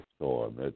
storm